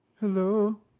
Hello